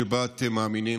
שבה אתם מאמינים.